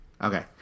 Okay